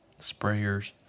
sprayers